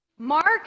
Mark